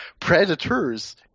Predators